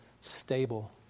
stable